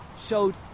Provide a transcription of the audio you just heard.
showed